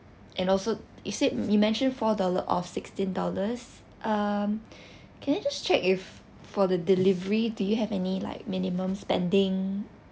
and also you said you mentioned four dollar off sixteen dollars um can I just check if for the delivery do you have any like minimum spending